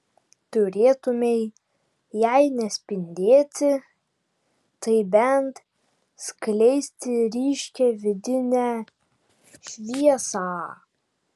turėtumei jei ne spindėti tai bent skleisti ryškią vidinę šviesą